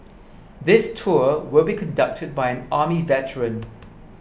this tour will be conducted by an army veteran